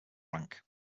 rank